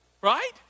right